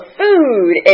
food